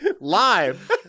live